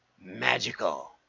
Magical